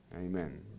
Amen